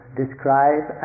describe